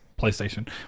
PlayStation